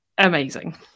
Amazing